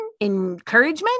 encouragement